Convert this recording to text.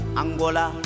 Angola